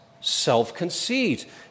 self-conceit